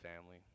family